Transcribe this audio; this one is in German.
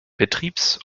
betriebs